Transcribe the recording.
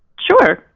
sure,